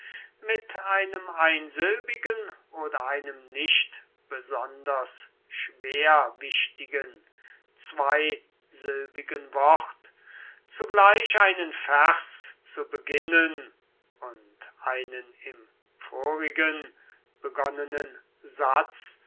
mit einem einsilbigen oder einem nicht besonders schwerwichtigen zweisilbigen wort zugleich einen vers zu beginnen und einen im vorigen begonnenen satz